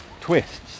twists